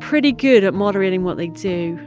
pretty good at moderating what they do,